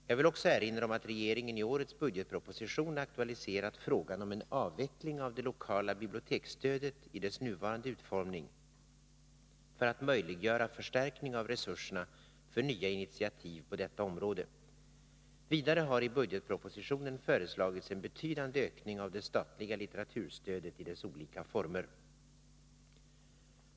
Jag vill också erinra om att regeringen i årets budgetproposition aktualiserat frågan om en avveckling av det lokala biblioteksstödet i dess nuvarande utformning för att möjliggöra förstärkning av resurserna för nya initiativ på detta område. Vidare har i budgetpropositionen föreslagits en betydande ökning av det statliga litteraturstödet i dess olika former.